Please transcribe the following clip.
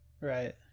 right